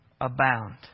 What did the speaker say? abound